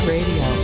Radio